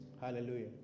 Hallelujah